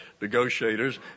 negotiators